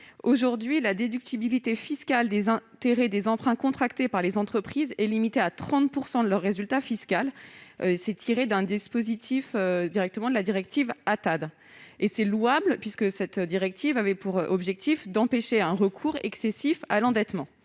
Aujourd'hui, la déductibilité fiscale des intérêts des emprunts contractés par les entreprises est limitée à 30 % de leur résultat fiscal, conformément au dispositif prévu par la directive ATAD (), ce qui est louable dans la mesure où cette directive avait pour objectif d'empêcher un recours excessif à l'endettement.